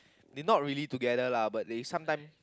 they not really together lah but they sometime